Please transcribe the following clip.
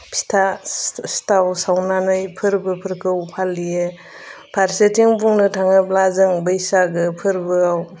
फिथा सिथाव सावनानै फोरबोफोरखौ फालियो फारसेथिं बुंनो थाङोब्ला जों बैसागो फोरबोआव